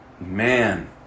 Man